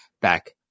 back